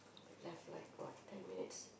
left like what ten minutes